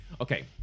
okay